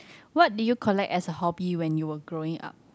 what do you collect as a hobby when you were growing up